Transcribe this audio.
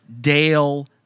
Dale